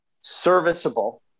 serviceable